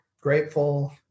Grateful